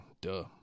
Duh